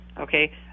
Okay